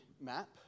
map